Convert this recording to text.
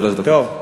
שלוש דקות.